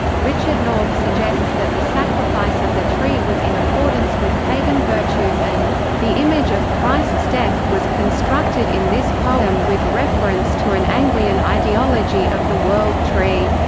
richard north suggests that the sacrifice of the tree was in accordance with pagan virtues and the image of christ's death was constructed in this poem with reference to an anglian ideology of the world tree.